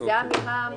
או-קיי.